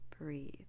breathe